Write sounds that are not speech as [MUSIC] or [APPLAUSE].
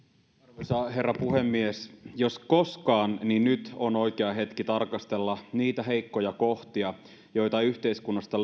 arvoisa herra puhemies jos koskaan niin nyt on oikea hetki tarkastella niitä heikkoja kohtia joita yhteiskunnasta [UNINTELLIGIBLE]